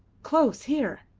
close here.